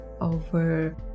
over